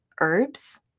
herbs